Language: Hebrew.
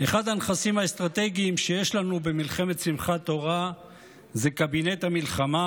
אחד הנכסים האסטרטגיים שיש לנו במלחמת שמחת תורה זה קבינט המלחמה,